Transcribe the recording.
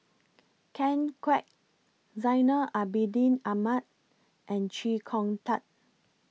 Ken Kwek Zainal Abidin Ahmad and Chee Kong Tet